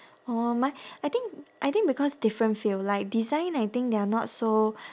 oh mine I think I think because different field like design I think they are not so